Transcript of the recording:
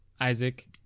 Isaac